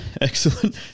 Excellent